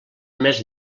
més